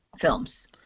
films